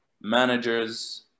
managers